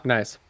Nice